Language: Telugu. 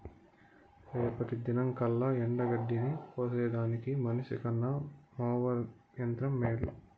రేపటి దినంకల్లా ఎండగడ్డిని కోసేదానికి మనిసికన్న మోవెర్ యంత్రం మేలు